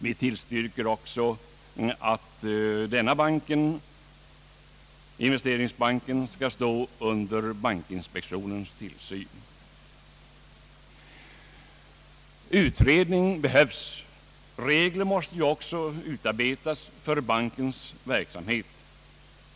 Vi tillstyrker också att denna investeringsbank skall stå under bankinspektionens tillsyn. Utredning behövs. Regler måste också utarbetas för bankens verksamhet.